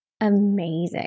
amazing